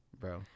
Bro